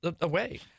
away